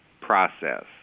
process